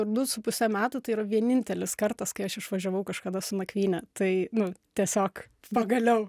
du su puse metų tai yra vienintelis kartas kai aš išvažiavau kažkada su nakvyne tai nu tiesiog pagaliau